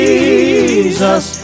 Jesus